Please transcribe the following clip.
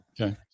Okay